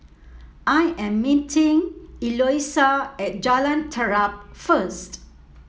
I am meeting Eloisa at Jalan Terap first